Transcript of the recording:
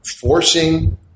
forcing